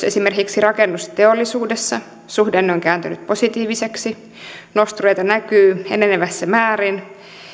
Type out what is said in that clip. esimerkiksi rakennusteollisuudessa suhdanne on kääntynyt positiiviseksi nostureita näkyy enenevässä määrin